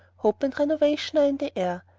hope and renovation are in the air.